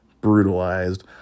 brutalized